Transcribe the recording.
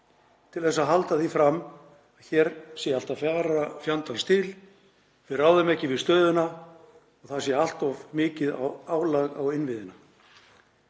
til að halda því fram að hér sé allt að fara fjandans til, að við ráðum ekki við stöðuna og það sé allt of mikið álag á innviðina.